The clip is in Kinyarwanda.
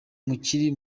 mukiri